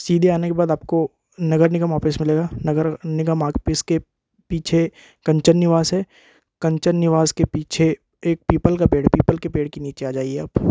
सीधी आने के बाद आपको नगर निगम ऑफिस मिलेगा नगर निगम आफिस के पीछे कंचन निवास है कंचन निवास के पीछे एक पीपल का पेड़ है पीपल के पेड़ के नीचे आ जाइए आप